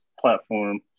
platform